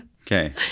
Okay